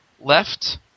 left